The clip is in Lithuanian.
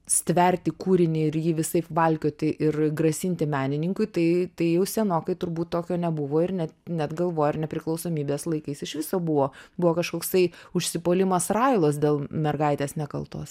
stverti kūrinį ir jį visaip valkioti ir grasinti menininkui tai tai jau senokai turbūt tokio nebuvo ir net net galvoju ar nepriklausomybės laikais iš viso buvo buvo kažkoksai užsipuolimas railos dėl mergaitės nekaltos